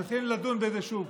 מתחילים לדון בזה שוב.